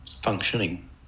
functioning